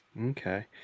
Okay